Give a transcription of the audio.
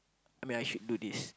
I mean I should do this